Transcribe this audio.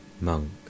Monk